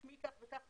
שמי כך וכך,